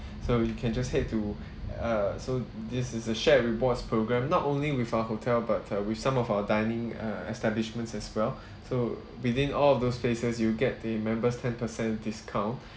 so you can just head to uh so this is a shared rewards programme not only with our hotel but uh with some of our dining uh establishments as well so within all of those places you will get the member's ten percent discount